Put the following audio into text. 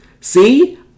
See